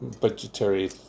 budgetary